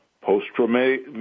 post-traumatic